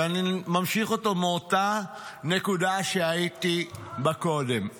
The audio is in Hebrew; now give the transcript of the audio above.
ואני ממשיך אותו מאותה נקודה שהייתי בה קודם,